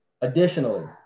Additionally